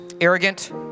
arrogant